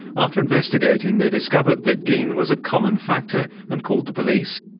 after investigating they discovered that geen was a common factor and called the police.